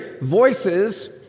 voices